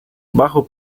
bajo